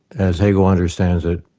as hegel understands it,